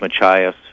Machias